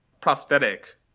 prosthetic